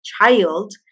child